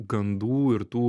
gandų ir tų